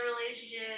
relationship